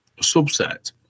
subset